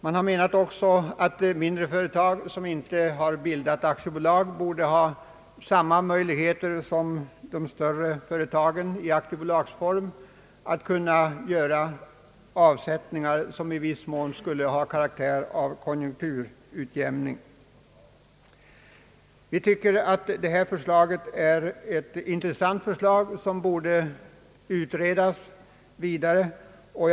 Man har också menat att mindre företag som inte har bildat aktiebolag borde ha samma möjligheter som de större företagen i aktiebolagsform att kunna göra avsättningar som i viss mån skulle ha karaktär av konjunkturutjämning. Vi tycker att detta förslag är ett intressant förslag som borde utredas ytterligare.